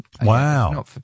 Wow